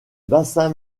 bassin